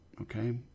okay